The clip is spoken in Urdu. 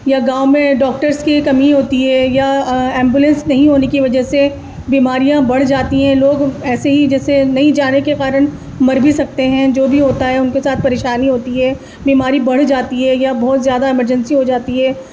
یا گاؤں میں ڈاکٹرس کی کمی ہوتی ہے یا ایمبولینس نہیں ہونے کی وجہ سے بیماریاں بڑھ جاتی ہیں لوگ ایسے ہی جیسے نہیں جانے کے کارن مر بھی سکتے ہیں جو بھی ہوتا ہے ان کے ساتھ پریشانی ہوتی ہے بیماری بڑھ جاتی ہے یا بہت زیادہ ایمرجنسی ہو جاتی ہے